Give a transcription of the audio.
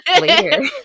Later